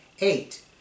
Eight